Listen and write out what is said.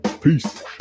Peace